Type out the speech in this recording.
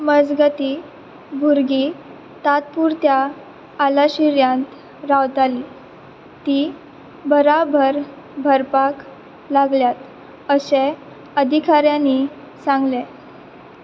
मजगती भुरगीं तातपूर त्या आलाशिऱ्यांत रावताली ती बराभर भरपाक लागल्यात अशें अधिकाऱ्यांनी सांगले